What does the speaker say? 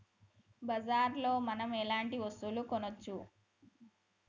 బజార్ లో మనం ఎలాంటి వస్తువులు కొనచ్చు?